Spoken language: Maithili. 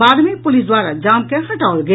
बाद मे पुलिस द्वारा जाम के हटाओल गेल